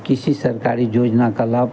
किसी सरकारी योजना का लाभ